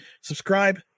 subscribe